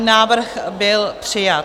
Návrh byl přijat.